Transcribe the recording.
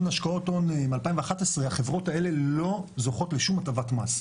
השקעות הון מ-2011 לא זוכות לשום הטבת מס.